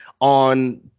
on